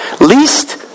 Least